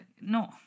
No